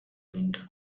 wind